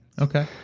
Okay